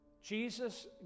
Jesus